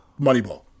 Moneyball